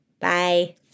Bye